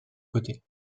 côté